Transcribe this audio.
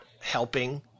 helping